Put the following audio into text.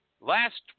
last